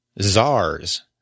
czars